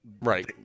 right